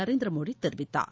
நரேந்திர மோடி தெரிவித்தார்